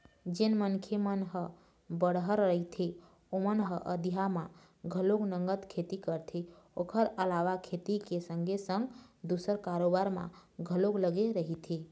जेन मनखे मन ह बड़हर रहिथे ओमन ह अधिया म घलोक नंगत खेती करथे ओखर अलावा खेती के संगे संग दूसर कारोबार म घलोक लगे रहिथे